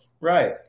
right